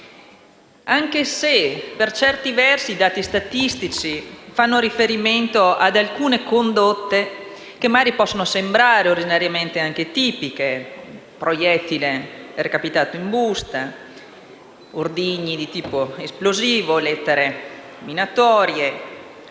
Anche se, per certi versi, i dati statistici fanno riferimento ad alcune condotte che possono sembrare tipiche - come il proiettile recapitato in busta, ordigni di tipo esplosivo, lettere minatorie,